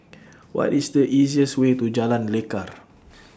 What IS The easiest Way to Jalan Lekar